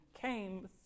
came